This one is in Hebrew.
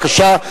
בבקשה,